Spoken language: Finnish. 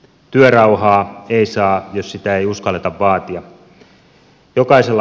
työrauhaa ei saa jos sitä ei uskalleta vaatia